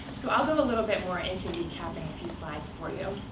so i'll go a little bit more into vcap in a few slides for you.